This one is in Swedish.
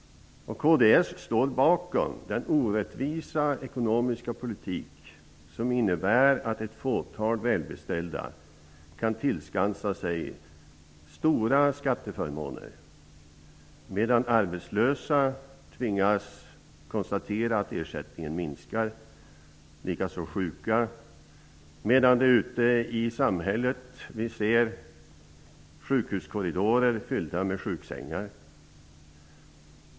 Kds står bakom den orättvisa ekonomiska politik som innebär att ett fåtal välbeställda kan tillskansa sig stora skatteförmåner, medan arbetslösa och sjuka tvingas konstatera att ersättningen minskar och medan vi ute i samhället ser sjukhuskorridorer fyllda med sjuksängar.